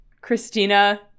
Christina